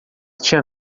tinha